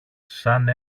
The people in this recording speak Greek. σαν